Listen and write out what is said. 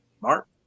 Mark